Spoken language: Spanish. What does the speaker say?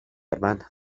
hermana